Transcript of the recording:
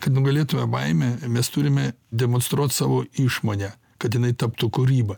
kad nugalėtume baimę mes turime demonstruot savo išmonę kad jinai taptų kūryba